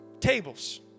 Tables